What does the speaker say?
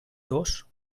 dos